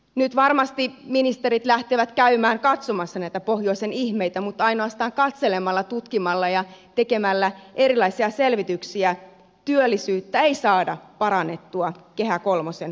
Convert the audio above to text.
nyt varmasti ministerit lähtevät käymään katsomassa näitä pohjoisen ihmeitä mutta ainoastaan katselemalla tutkimalla ja tekemällä erilaisia selvityksiä työllisyyttä ei saada parannettua kehä kolmosen ulkopuolella